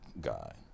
guy